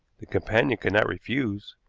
the companion could not refuse,